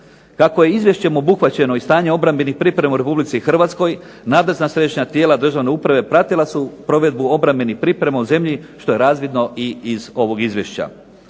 Kako je izvješćem obuhvaćeno i stanje obrambenih priprema u Republici Hrvatskoj nadležna središnja tijela državne uprave pratila su provedbu obrambenih priprema u zemlji što je razvidno i iz ovog izvješća.